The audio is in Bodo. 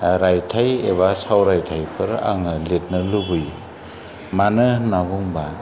रायथाइ एबा सावराइथायफोर आङो लिरनो लुबैयो मानो होन्नानै बुङोबा